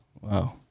Wow